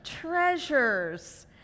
treasures